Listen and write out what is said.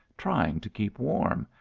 trying to keep warm,